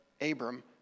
Abram